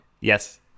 Yes